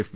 F